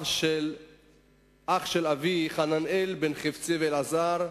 אח של אבי, חננאל בן חפצי ואלעזר,